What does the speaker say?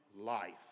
life